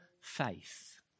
faith